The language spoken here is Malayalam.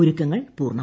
ഒരുക്കങ്ങൾ പൂർണം